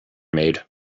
made